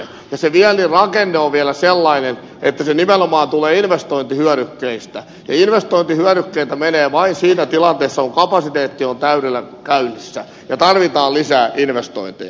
sen viennin rakenne on vielä sellainen että se nimenomaan tulee investointihyödykkeistä ja investointihyödykkeitä menee vain siinä tilanteessa kun kapasiteetti on täydellä käynnissä ja tarvitaan lisää investointeja